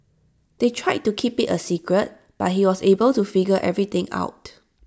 they tried to keep IT A secret but he was able to figure everything out